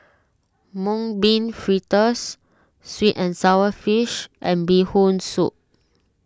Mung Bean Fritters Sweet and Sour Fish and Bee Hoon Soup